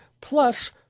plus